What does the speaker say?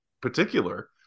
particular